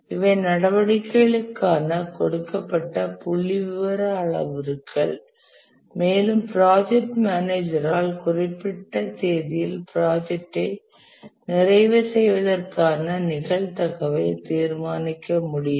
இவை நடவடிக்கைகளுக்காக கொடுக்கப்பட்ட புள்ளிவிவர அளவுருக்கள் மேலும் ப்ராஜெக்ட் மேனேஜர் ஆல் குறிப்பிட்ட தேதியில் ப்ராஜெக்டை நிறைவு செய்வதற்கான நிகழ்தகவை தீர்மானிக்க முடியும்